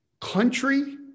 country